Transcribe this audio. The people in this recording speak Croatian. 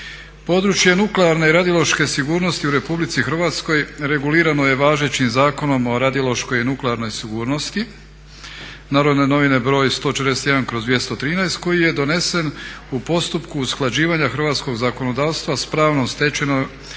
Područje nuklearne i radiološke sigurnosti u Republici Hrvatskoj regulirano je važećim Zakonom o radiološkoj i nuklearnoj sigurnosti Narodne novine broj 141/213 koji je donesen u postupku usklađivanja hrvatskog zakonodavstva s pravnom stečevinom